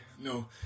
no